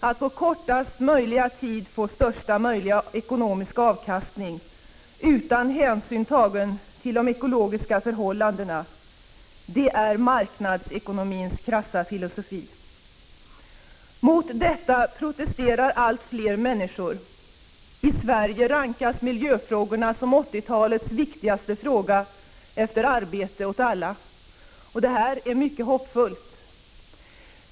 Att på kortast möjliga tid få störsa möjliga ekonomiska avkastning, utan hänsyn tagen till de ekologiska förhållandena — det är marknadsekonomins krassa filosofi. Mot detta protesterar allt fler människor. I Sverige rankas miljöfrågorna som 80-talets viktigaste fråga efter ”arbete åt alla”. Detta är mycket hoppfullt.